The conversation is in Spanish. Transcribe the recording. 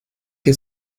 que